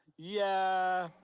yeah.